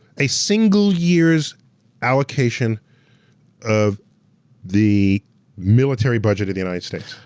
a single year's allocation of the military budget in the united states.